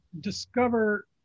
discover